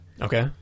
Okay